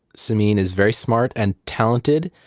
samin is very smart and talented,